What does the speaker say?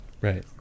Right